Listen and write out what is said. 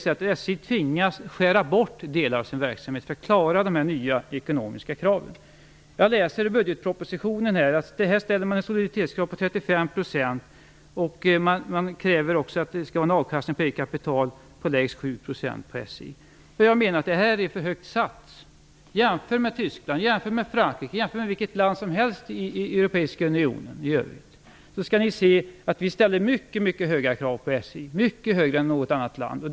SJ tvingas skära bort delar av sin verksamhet för att klara dessa nya ekonomiska krav. Jag läser i budgetpropositionen att det på SJ ställs ett soliditetskrav på 35 %, och det krävs också en avkastning på eget kapital på lägst 7 %. Jag menar att det är för högt ställda krav. Jämför med Tyskland, Frankrike eller med vilket land som helst i Europeiska unionen i övrigt så skall ni se att vi ställer mycket höga krav på SJ, mycket högre än något annat land.